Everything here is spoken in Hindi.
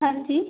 हां जी